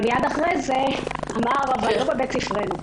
אבל מייד לאחר מכן אמר פחות או יותר: "אבל לא בבית ספרנו".